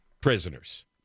prisoners